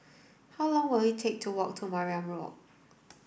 how long will it take to walk to Mariam Walk